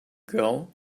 girl